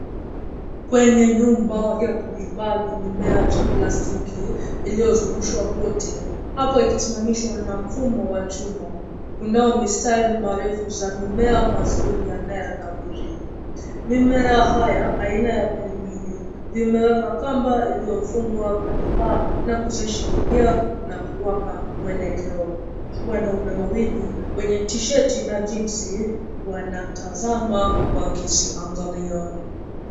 Kwenye nyumba ya kuhifadhi mimea cha plastiki, iliyozungushwa kwote. Hapo ikisimamishwa na mfumo wa chuma. Kunao mistari marefu za mimea mazuri yanayowiri. Mimea haya, aina ya pilipili, vimewekwa kamba iliyofungwa kwenye paa na kuzishikilia na kuwapa mwelekeo. Wanaume wawili wenye tisheti na jinsi wanatazama wakiziangalia.